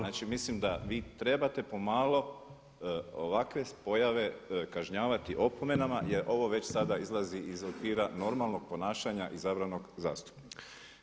Znači mislim da vi trebate pomalo ovakve pojave kažnjavati opomenama jer ovo već sada izlazi iz okvira normalnog ponašanja izabranog zastupnika.